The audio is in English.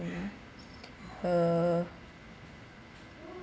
mm uh